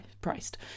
priced